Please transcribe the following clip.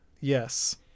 yes